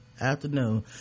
afternoon